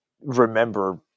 remember